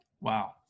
Wow